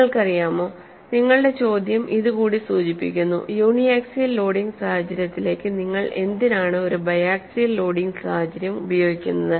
നിങ്ങൾക്കറിയാമോ നിങ്ങളുടെ ചോദ്യം ഇത് കൂടി സൂചിപ്പിക്കുന്നു യൂണി ആക്സിയൽ ലോഡിംഗ് സാഹചര്യത്തിലേക്ക് നിങ്ങൾ എന്തിനാണ് ഒരു ബൈഅക്സിയൽ ലോഡിംഗ് സാഹചര്യം ഉപയോഗിക്കുന്നത്